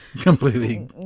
completely